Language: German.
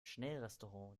schnellrestaurant